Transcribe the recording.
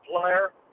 player